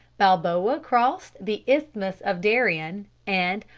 balboa crossed the isthmus of darien, and,